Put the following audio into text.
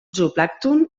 zooplàncton